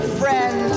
friend